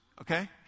okay